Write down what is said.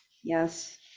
yes